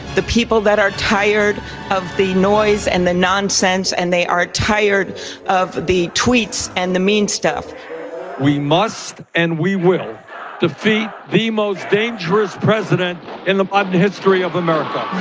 the people that are tired of the noise and the nonsense and they are tired of the tweets and the mean stuff we must and we will defeat the the most dangerous president in the um the history of america